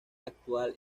actual